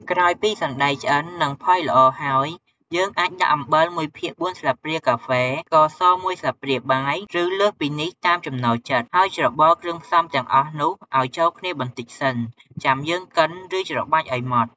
ក្រោយពីសណ្ដែកឆ្អិន និងផុយល្អហើយ យើងអាចដាក់អំបិល ១ភាគ៤ ស្លាបព្រាកាហ្វេ ស្ករស មួយស្លាបព្រាបាយ ឬលើសពីនេះតាមចំណូលចិត្ត ហើយច្របល់គ្រឿងផ្សំទាំងអស់នោះឱ្យចូលគ្នាបន្តិចសិន ចាំយើងកិន ឬច្របាច់ឱ្យម៉ដ្ដ។